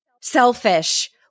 selfish